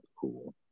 cool